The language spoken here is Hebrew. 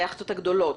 היכטות הגדולות,